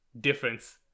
difference